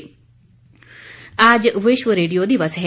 विश्व रेडियो दिवस आज विश्व रेडियो दिवस है